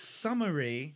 summary